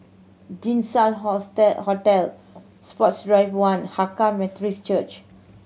Jinshan Hotel Sports Drive One Hakka Methodist Church